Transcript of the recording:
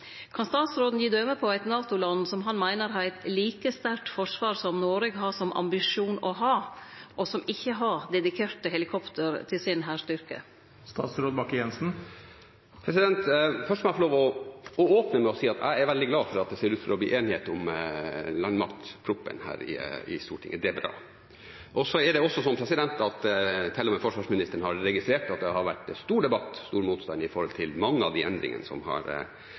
Kan statsråden gje døme på eit NATO-land som han meiner har eit like sterkt forsvar som Noreg har som ambisjon å ha, og som ikkje har dedikerte helikopter til sin hærstyrke?» Først må jeg få lov til å åpne med å si at jeg er veldig glad for at det ser ut til å bli enighet om landmaktproposisjonen her i Stortinget. Det er bra. Til og med forsvarsministeren har registrert at det har vært en stor debatt og stor motstand mot mange av de endringene som har